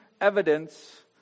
evidence